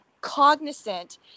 Cognizant